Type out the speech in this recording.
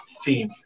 team